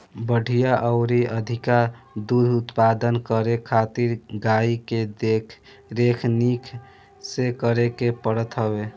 बढ़िया अउरी अधिका दूध उत्पादन करे खातिर गाई के देख रेख निक से करे के पड़त हवे